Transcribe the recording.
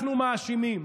אנחנו מאשימים